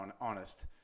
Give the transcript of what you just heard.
honest